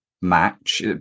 match